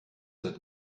that